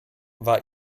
war